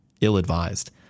ill-advised